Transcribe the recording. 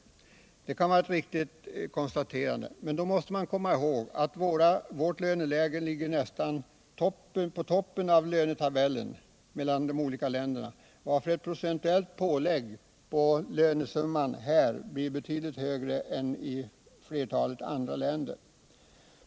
Detta kan vara ett riktigt konstaterande, men då måste man komma ihåg att vårt löneläge ligger nästan på toppen av lönetabellen för de olika länderna, varför ett procentuellt pålägg på lönesumman hos oss blir högre än i andra länder.